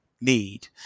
need